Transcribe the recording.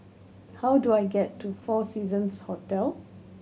how do I get to Four Seasons Hotel